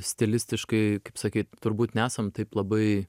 stilistiškai kaip sakyt turbūt nesam taip labai